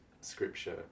Scripture